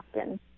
often